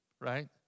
Right